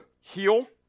heal